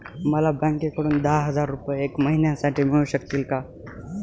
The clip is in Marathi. मला बँकेकडून दहा हजार रुपये एक महिन्यांसाठी मिळू शकतील का?